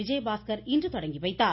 விஜயபாஸ்கர் இன்று தொடங்கி வைத்தார்